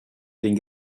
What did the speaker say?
den